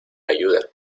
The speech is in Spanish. ayuda